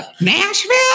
Nashville